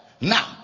Now